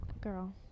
Girl